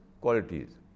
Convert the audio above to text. qualities